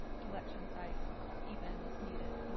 collection sites even needed,